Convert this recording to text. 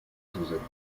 zusenden